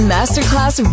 Masterclass